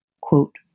quote